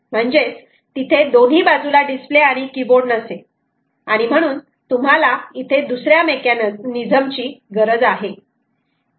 म्हणजेच तिथे दोन्ही बाजूला डिस्प्ले आणि कीबोर्ड नसेल आणि म्हणून तुम्हाला इथे दुसऱ्या मेकॅनिझम ची गरज आहे